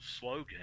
slogan